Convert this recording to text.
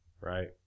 right